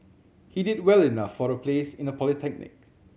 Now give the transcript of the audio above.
he did well enough for a place in a polytechnic